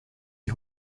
die